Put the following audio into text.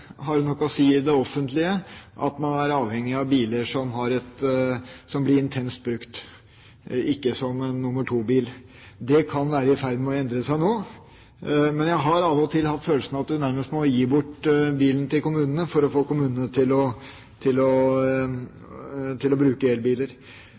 å si at en er avhengig av biler som blir intenst brukt, en vil ikke ha noen nr. 2-bil. Det kan være i ferd med å endre seg nå. Men jeg har av og til hatt følelsen av at du nærmest må gi bort elbilene til kommunene for å få kommunene til å